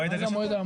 במועד הגשתה.